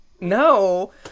No